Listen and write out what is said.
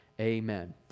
Amen